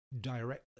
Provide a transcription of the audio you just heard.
directly